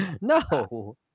no